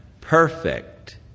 perfect